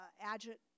agit